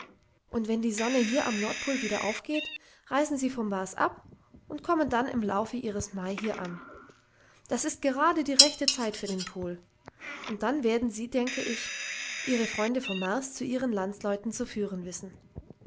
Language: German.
und wenn die sonne hier am nordpol wieder aufgeht reisen sie vom mars ab und kommen dann im lauf ihres mai hier an das ist gerade die rechte zeit für den pol und dann werden sie denke ich ihre freunde vom mars zu ihren landsleuten zu führen wissen